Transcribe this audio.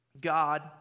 God